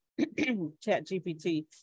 ChatGPT